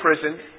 prison